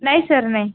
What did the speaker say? नाही सर नाही